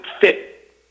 fit